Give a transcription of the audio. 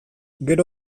gero